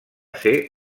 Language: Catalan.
ser